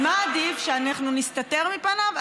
מה עדיף, שאנחנו נסתתר מפניו?